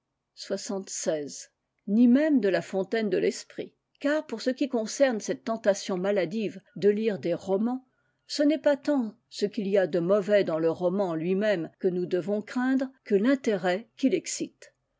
ni même de la fontaine de l'esprit car pour ce qui concerne cette tentation maladive de lire des romans ce n'est pas tant ce qu'il y a de mauvais dans le roman lui-même que nous devons craindre que l'intérêt qu'il excite